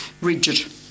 rigid